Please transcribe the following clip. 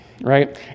right